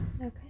Okay